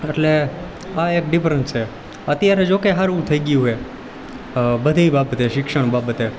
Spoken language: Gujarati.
એટલે આ એક ડિફરન્સ છે અત્યારે જોકે હારું થઈ ગયું છે બધી બાબતે શિક્ષણ બાબતે